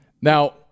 now